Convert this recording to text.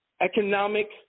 economic